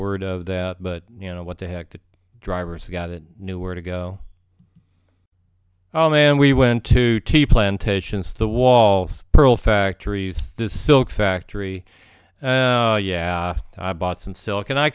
word of that but you know what the heck the drivers got it knew where to go oh man we went to tea plantations the walls pearl factories the silk factory yeah i bought some silicon i